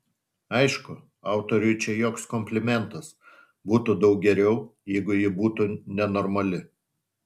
aišku autoriui čia joks komplimentas būtų daug geriau jeigu ji būtų nenormali